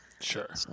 Sure